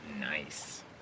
Nice